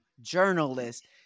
journalists